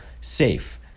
safe